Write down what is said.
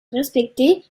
respecté